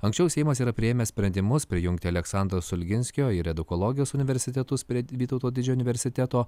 anksčiau seimas yra priėmęs sprendimus prijungti aleksandro stulginskio ir edukologijos universitetus prie vytauto didžiojo universiteto